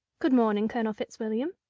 good morning, colonel fitzwilliam.